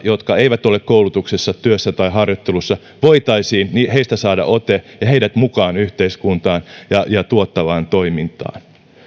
jotka eivät ole koulutuksessa työssä tai harjoittelussa voitaisiin saada ote ja saada heidät mukaan yhteiskuntaan ja ja tuottavaan toimintaan